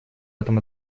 этом